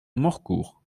morcourt